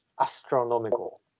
astronomical